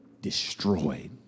destroyed